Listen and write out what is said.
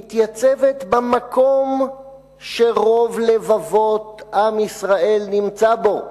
מתייצבת במקום שרוב לבבות עם ישראל נמצא בו,